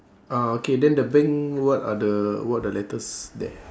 ah okay then the bank what are the what the letters there